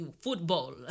Football